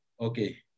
okay